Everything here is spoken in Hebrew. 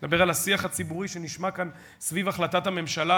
אני מדבר על השיח הציבורי שנשמע כאן סביב החלטת הממשלה,